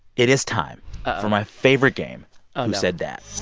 it is time for my favorite game ah who said that